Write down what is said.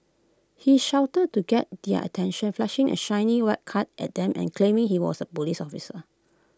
he shouted to get their attention flashing A shiny white card at them and claiming he was A Police officer